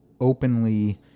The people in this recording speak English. openly